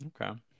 Okay